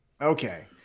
okay